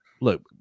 look